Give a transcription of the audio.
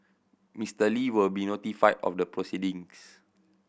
Mister Li will be notified of the proceedings